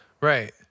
Right